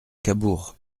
cabourg